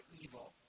evil